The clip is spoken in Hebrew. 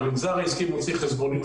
שהמשק למעשה מתחיל לחזור לפעילות,